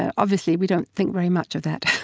ah obviously, we don't think very much of that.